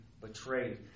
betrayed